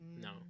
No